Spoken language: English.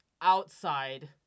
outside